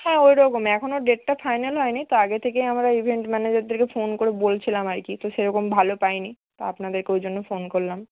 হ্যাঁ ওরকমই এখনও ডেটটা ফাইনাল হয় নি তো আগে থেকেই আমরা ইভেন্ট ম্যানেজারদেরকে ফোন করে বলছিলাম আর কি তো সেরকম ভালো পাই নি তো আপনাদেরকে ওই জন্য ফোন করলাম